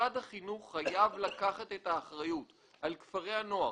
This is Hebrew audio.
משרד החינוך חייב לקחת את האחריות על כפרי הנוער.